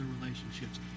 relationships